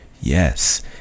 Yes